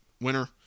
winner